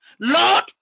Lord